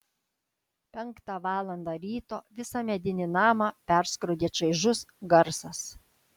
penktą valandą ryto visą medinį namą perskrodė čaižus garsas